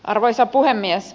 arvoisa puhemies